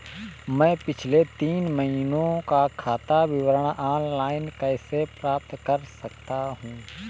मैं पिछले तीन महीनों का खाता विवरण ऑनलाइन कैसे प्राप्त कर सकता हूं?